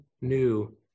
new